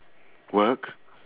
work